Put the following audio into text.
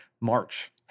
March